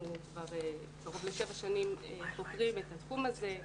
אנחנו כבר קרוב לשבע שנים חוקרים את התחום הזה,